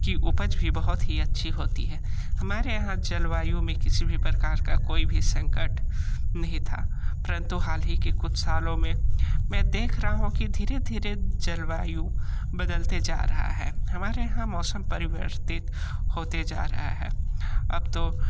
कि उपज भी बहुत ही अच्छी होती है हमारे यहाँ जलवायु में किसी भी प्रकार का कोई भी संकट नही था परंतु हाल ही के कुछ सालों में मैं देख रहा हूँ कि धीरे धीरे जलवायु बदलते जा रही है हमारे यहाँ मौसम परिवर्तित होते जा रहा है अब तो